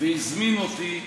והזמין אותי